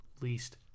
Least